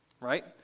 right